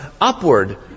upward